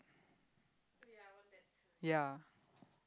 ya